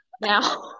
Now